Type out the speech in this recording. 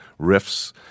riffs